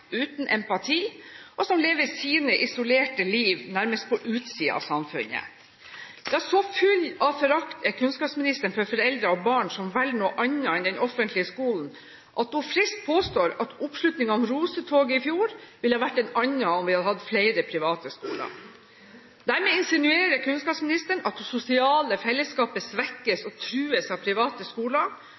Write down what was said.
uten empati, og som lever sitt isolerte liv nærmest på utsiden av samfunnet. Ja, så full av forakt er kunnskapsministeren for foreldre av barn som velger noe annet enn den offentlige skolen, at hun friskt påstår at oppslutningen om rosetoget i fjor ville vært en annen om vi hadde hatt flere private skoler. Dermed insinuerer kunnskapsministeren at det sosiale fellesskapet svekkes og trues av private skoler,